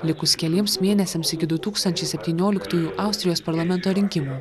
likus keliems mėnesiams iki du tūkstančiai septynioliktųjų austrijos parlamento rinkimų